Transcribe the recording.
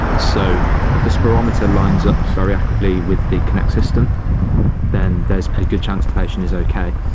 so if the spirometer lines up very accurately with the kinect system then there's a good chance the patient is okay.